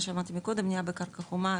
בנייה בקרקע חומה,